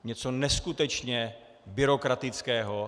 Něco neskutečně byrokratického.